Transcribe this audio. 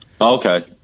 Okay